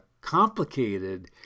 complicated